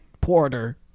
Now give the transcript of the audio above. porter